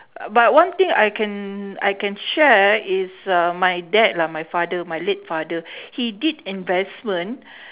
but one thing I can I can share is uh my dad lah my father my late father he did investment